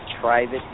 private